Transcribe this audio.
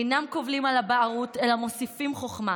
אינם קובלים על הבערות אלא מוסיפים חוכמה",